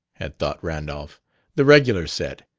had thought randolph the regular set.